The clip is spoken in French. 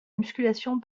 musculation